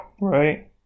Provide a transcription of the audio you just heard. Right